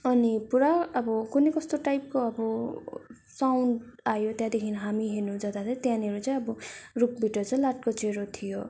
अनि पुरा अब कुन्नि कस्तो टाइपको अब साउन्ड आयो त्यहाँदेखि हामी हेर्नु जाँदा त त्यहाँनिर चाहिँ अब रुखबाट चाहिँ लाटोकोसेरो थियो